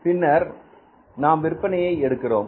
பின்னர் நாம் விற்பனையை எடுக்கிறோம்